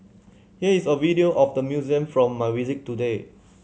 here is a video of the museum from my visit today